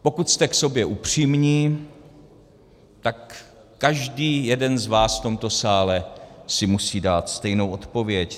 Pokud jste k sobě upřímní, tak každý jeden z vás v tomto sále si musí dát stejnou odpověď.